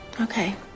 Okay